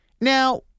Now